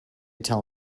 tell